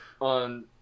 on